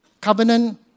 Covenant